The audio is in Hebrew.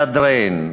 למהדרין.